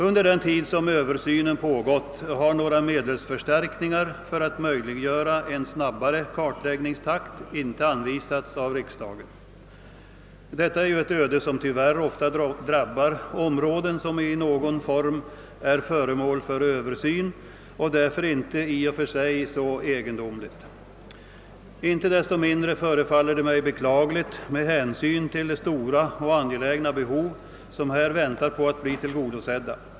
Under den tid då översynen pågått har några medelsförstärkningar för att möjliggöra en snabbare kartläggningstakt inte anvisats av riksdagen. Detta är i och för sig inte så egendomligt, eftersom ett sådant öde tyvärr ofta drabbar områden som i någon form är föremål för översyn. Inte desto mindre förefaller det mig beklagligt med hänsyn till de stora och angelägna behov som väntar på att bli tillgodosedda.